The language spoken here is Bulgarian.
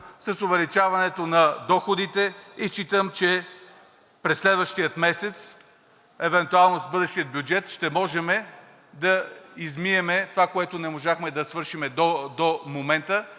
с увеличаването на доходите. Считам, че през следващия месец евентуално с бъдещия бюджет ще можем да изминем това, което не можахме да свършим до момента,